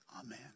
amen